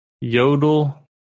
yodel